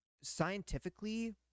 scientifically